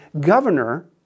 governor